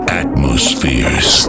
atmospheres